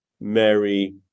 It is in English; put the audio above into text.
mary